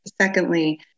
secondly